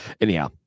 anyhow